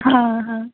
हां हां